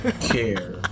care